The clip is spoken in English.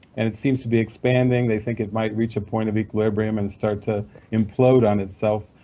and it seems to be expanding, they think it might reach a point of equilibrium and start to implode on itself,